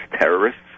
terrorists